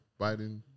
Biden